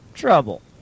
trouble